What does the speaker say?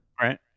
Right